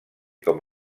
com